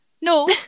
No